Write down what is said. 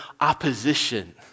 opposition